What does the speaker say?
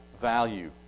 value